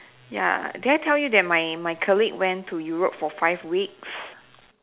ya did I tell you that my my colleague went to Europe for five weeks